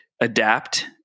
adapt